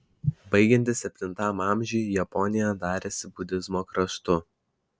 baigiantis septintam amžiui japonija darėsi budizmo kraštu